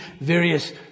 various